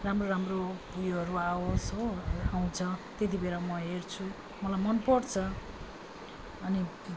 राम्रो राम्रो उयोहरू आओस् हो आउँछ त्यति बेला म हेर्छु मलाई मन पर्छ अनि